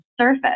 surface